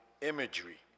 imagery